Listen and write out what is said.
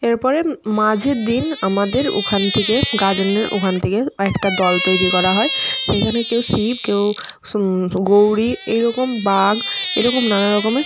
এর পরে মাঝের দিন আমাদের ওখান থেকে গাজনের ওখান থেকে একটা দল তৈরি করা হয় সেইখানে কেউ শিব কেউ গৌরী এই রকম বাঘ এরকম নানা রকমের